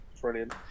Brilliant